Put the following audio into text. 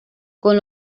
con